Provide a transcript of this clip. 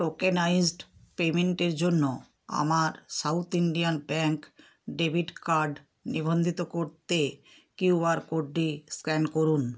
tokenised পেমেন্টের জন্য আমার South Indian Bank debit card নিবন্ধিত করতে কিউ আর কোডটি স্ক্যান করুন